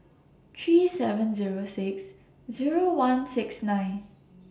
three seven Zero six Zero one six nine